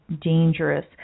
dangerous